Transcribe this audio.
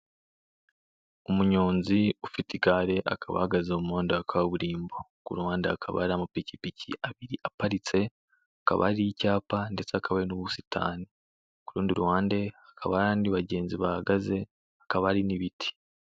Umunyonzi ufite igare akaba ahagaze mu muhanda wa kaburimbo, ku ruhande hakaba hari amapikipiki abiri aparitse, hakaba hari icyapa ndetse hakaba hari n'ubusitani. Ku rundi ruhande hakaba hari abandi bagenzi bahagaze, hakaba hari n'ibiti.